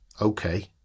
Okay